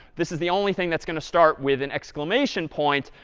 this is the only thing that's going to start with an exclamation point,